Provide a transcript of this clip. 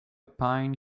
pine